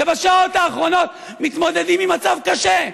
שבשעות האחרונות מתמודדים עם מצב קשה,